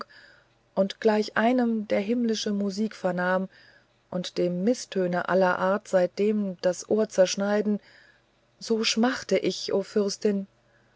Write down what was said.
und gleich einem der himmlische musik vernahm und dem mißtöne aller art seitdem das ohr zerschneiden also schmachte ich o fürstin